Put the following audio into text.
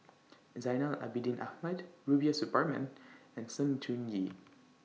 Zainal Abidin Ahmad Rubiah Suparman and Sng Choon Yee